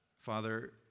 Father